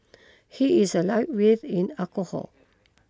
he is a lightweight in alcohol